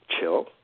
chill